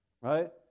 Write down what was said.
right